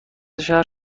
شهر